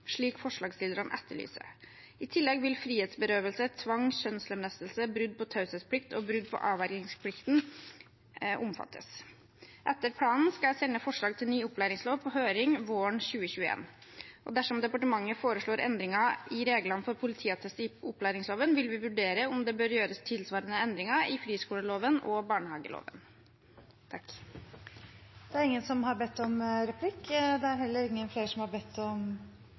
slik forslagsstillerne etterlyser. I tillegg vil frihetsberøvelse, tvang, kjønnslemlestelse, brudd på taushetsplikt og brudd på avvergingsplikten omfattes. Etter planen skal jeg sende forslag til ny opplæringslov på høring våren 2021. Dersom departementet foreslår endringer i reglene for politiattest i opplæringsloven, vil vi vurdere om det bør gjøres tilsvarende endringer i friskoleloven og barnehageloven. Det blir replikkordskifte. Jeg er veldig glad for å høre at statsråden har et tydelig engasjement i saken. Det er helt riktig som